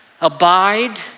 abide